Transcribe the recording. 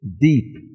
deep